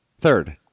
Third